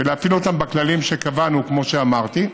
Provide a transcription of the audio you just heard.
ולהפעיל אותם בכללים שקבענו, כמו שאמרתי.